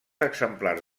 exemplars